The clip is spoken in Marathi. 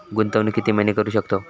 गुंतवणूक किती महिने करू शकतव?